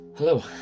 Hello